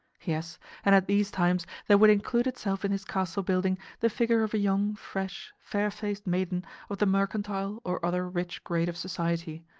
yes, and at these times there would include itself in his castle-building the figure of a young, fresh, fair-faced maiden of the mercantile or other rich grade of society,